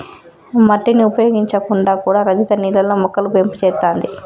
మట్టిని ఉపయోగించకుండా కూడా రజిత నీళ్లల్లో మొక్కలు పెంపు చేత్తాంది